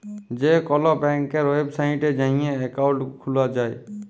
যে কল ব্যাংকের ওয়েবসাইটে যাঁয়ে একাউল্ট খুলা যায়